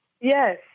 Yes